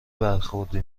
برخوردی